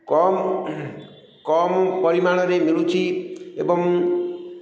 କମ୍ କମ୍ ପରିମାଣରେ ମିଳୁଛି ଏବଂ